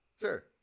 Sure